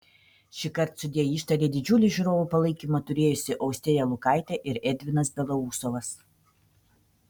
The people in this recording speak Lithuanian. šįkart sudie ištarė didžiulį žiūrovų palaikymą turėjusi austėja lukaitė ir edvinas belousovas